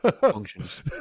functions